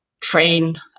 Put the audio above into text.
train